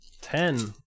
ten